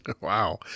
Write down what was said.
Wow